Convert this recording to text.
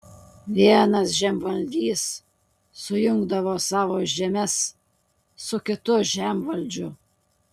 vienas žemvaldys sujungdavo savo žemes su kitu žemvaldžiu